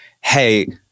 Hey